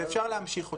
ואפשר להמשיך אותה.